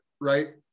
right